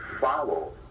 follow